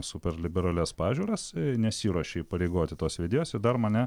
super liberalias pažiūras nesiruošia įpareigoti tos vedėjos ir dar mane